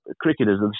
cricketers